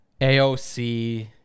AOC